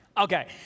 Okay